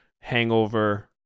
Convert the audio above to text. hangover